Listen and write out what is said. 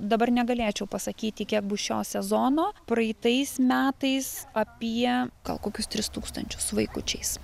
dabar negalėčiau pasakyti kiek bus šio sezono praeitais metais apie gal kokius tris tūkstančius su vaikučiais